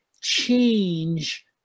change